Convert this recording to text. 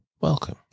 welcome